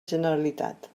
generalitat